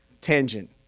Tangent